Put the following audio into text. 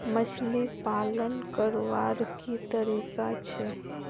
मछली पालन करवार की तरीका छे?